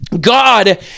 God